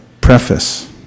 preface